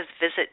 visit